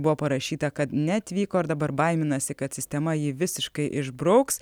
buvo parašyta kad neatvyko ir dabar baiminasi kad sistema jį visiškai išbrauks